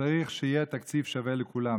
וצריך שיהיה תקציב שווה לכולם,